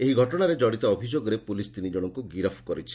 ଏହି ଘଟଶାରେ କଡ଼ିତ ଅଭିଯୋଗରେ ପୁଲିସ୍ ତିନି ଜଶଙ୍କୁ ଗିରପ୍ କରିଛି